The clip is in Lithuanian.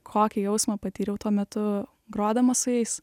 kokį jausmą patyriau tuo metu grodama su jais